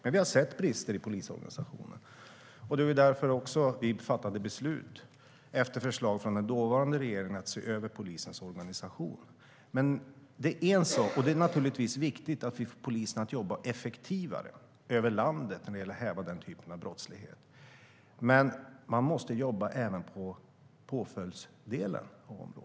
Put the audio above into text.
Vi har dock sett brister i polisorganisationen, och det var därför vi efter förslag från den dåvarande regeringen fattade beslut om att se över polisens organisation. Det är naturligtvis viktigt att vi får polisen att jobba effektivare över landet när det gäller att häva den här typen av brottslighet, men man måste jobba även med påföljdsdelen.